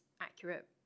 accurate